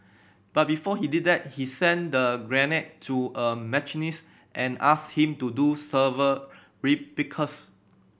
but before he did that he sent the grenade to a machinist and asked him to do several replicas